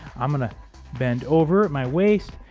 i'm gonna bend over my waist